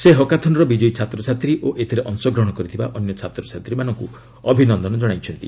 ସେ ହାକାଥନ୍ର ବିକୟୀ ଛାତ୍ରଛାତ୍ରୀ ଓ ଏଥିରେ ଅଂଶଗ୍ରହଣ କରିଥିବା ଅନ୍ୟ ଛାତ୍ରଛାତ୍ରୀମାନଙ୍କୁ ଅଭିନନ୍ଦନ ଜଣାଇଛନ୍ତି